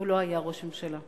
הוא לא היה ראש ממשלה.